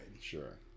Sure